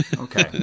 Okay